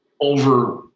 over